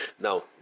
Now